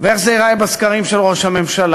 ואיך זה ייראה בסקרים של ראש הממשלה.